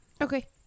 okay